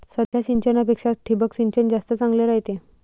साध्या सिंचनापेक्षा ठिबक सिंचन जास्त चांगले रायते